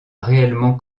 réellement